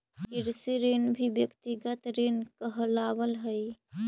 कृषि ऋण भी व्यक्तिगत ऋण कहलावऽ हई